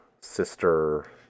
sister